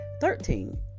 Thirteen